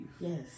Yes